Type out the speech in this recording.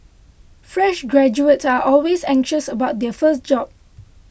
fresh graduates are always anxious about their first job